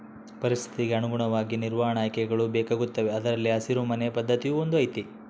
ಪರಿಸ್ಥಿತಿಗೆ ಅನುಗುಣವಾಗಿ ನಿರ್ವಹಣಾ ಆಯ್ಕೆಗಳು ಬೇಕಾಗುತ್ತವೆ ಅದರಲ್ಲಿ ಹಸಿರು ಮನೆ ಪದ್ಧತಿಯೂ ಒಂದು ಐತಿ